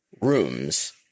rooms